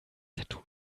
tattoo